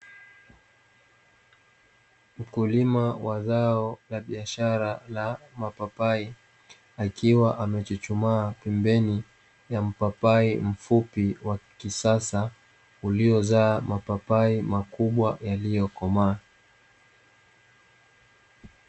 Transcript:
Mkulima wa zao la biashara la mapapai akiwa amechuchumaa pembeni ya mpapai mfupi wa kisasa, uliozaa mapapai makubwa yaliyokomaa.